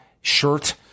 shirt